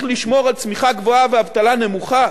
לשמור על צמיחה גבוהה ואבטלה נמוכה,